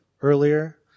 earlier